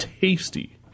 tasty